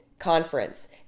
Conference